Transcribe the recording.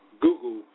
Google